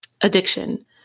addiction